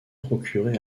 procurer